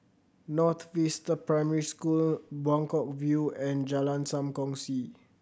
North Vista Primary School Buangkok View and Jalan Sam Kongsi